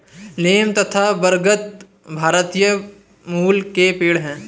नीम तथा बरगद भारतीय मूल के पेड है